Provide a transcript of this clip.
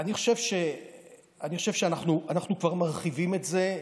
אני חושב אנחנו כבר מרחיבים את זה.